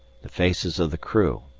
the faces of the crew,